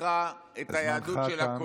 שמכרה את היהדות שלה,